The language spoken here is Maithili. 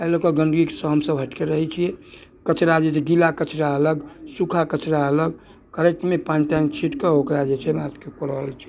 ताहि लऽ के गन्दगीसँ हमसब हटिके रहैत छियै कचरा जे छै गीला कचरा अलग सूखा कचरा अलग करैतमे पानि तानि छींटके ओकरा जे छै हमरा सबके कराओल छै